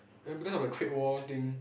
then because of the trade war thing